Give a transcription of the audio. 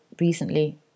recently